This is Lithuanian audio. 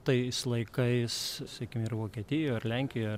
tais laikais sakykim ir vokietijoj ar lenkijoje